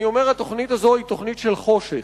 אני אומר, התוכנית הזאת היא תוכנית של חושך.